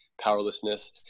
powerlessness